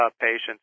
patients